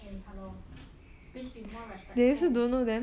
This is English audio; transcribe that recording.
eh hello please be more respectful